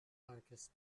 darkest